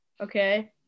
Okay